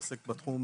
מתעסק בתחום